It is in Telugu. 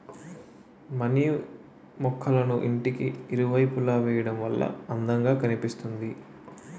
మనీ మొక్కళ్ళను ఇంటికి ఇరువైపులా వేయడం వల్ల అందం గా కనిపిస్తుంది